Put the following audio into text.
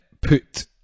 put